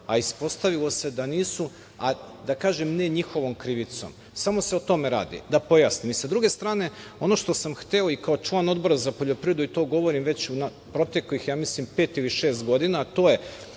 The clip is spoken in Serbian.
a ispostavilo se da nisu, da kažem ne njihovom krivicom. Samo se o tome radi, da pojasnim. Sa druge strane ono što sam hteo i kao član Odbora za poljoprivredu i to govorim već proteklih ja mislim pet ili šest godina, a to je